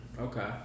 Okay